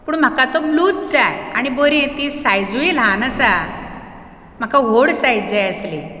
पूण म्हाका तो ब्लूच जाय आनी बरें ती सायजूय ल्हान आसा म्हाका व्हड सायज जाय आसली